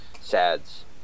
SADS